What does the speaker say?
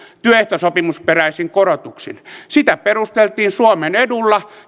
työehtosopimusperäisin korotuksin sitä perusteltiin suomen edulla